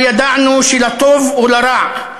אבל ידענו שלטוב ולרע,